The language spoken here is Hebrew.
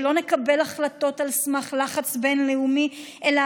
שלא נקבל החלטות על סמך לחץ בין-לאומי אלא